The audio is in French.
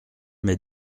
mes